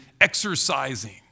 exercising